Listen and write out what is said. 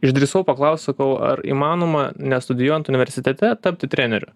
išdrįsau paklaust sakau ar įmanoma nestudijuojant universitete tapti treneriu